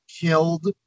killed